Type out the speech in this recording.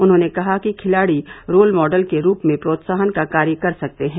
उन्होंने कहा कि खिलाड़ी रोल मॉडल के रूप में प्रोत्साहन का कार्य कर सकते हैं